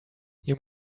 you